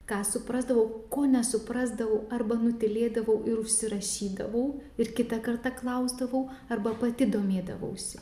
ką suprasdavau ko nesuprasdavau arba nutylėdavau ir užsirašydavau ir kitą kartą klausdavau arba pati domėdavausi